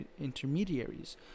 intermediaries